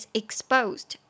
exposed